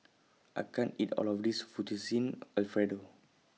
I can't eat All of This Fettuccine Alfredo